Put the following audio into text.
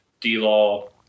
D-Law